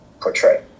portray